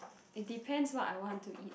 it depends what I want to eat